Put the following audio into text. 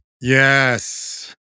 Yes